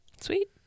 sweet